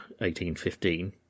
1815